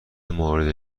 مورد